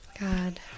God